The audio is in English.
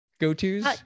go-tos